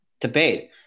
debate